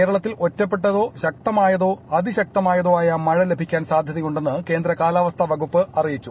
കേരളത്തിൽ ഒറ്റപ്പെട്ട ശക്തമായതോ അതിശക്തമായിതോ ആയ മഴ ലഭിക്കാൻ സാധ്യതയുണ്ടെന്ന് ക്യൂന്ദ് കാലാവസ്ഥ വകുപ്പ് അറിയിച്ചു